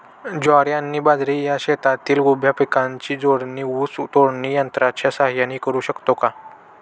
ज्वारी आणि बाजरी या शेतातील उभ्या पिकांची तोडणी ऊस तोडणी यंत्राच्या सहाय्याने करु शकतो का?